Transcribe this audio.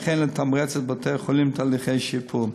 וכן לתמרץ את בתי-החולים לתהליכי שיפור.